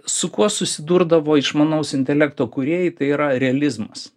su kuo susidurdavo išmanaus intelekto kūrėjai tai yra realizmas